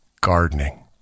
gardening